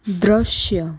દૃશ્ય